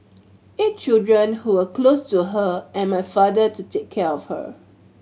eight children who were close to her and my father to take care of her